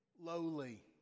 lowly